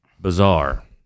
bizarre